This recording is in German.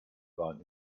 bahn